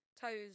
toes